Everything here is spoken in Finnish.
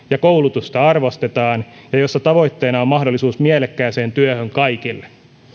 ja koulutusta arvostetaan ja jossa tavoitteena on mahdollisuus mielekkääseen työhön kaikille